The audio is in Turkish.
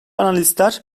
analistler